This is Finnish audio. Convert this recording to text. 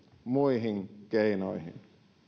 muihin keinoihin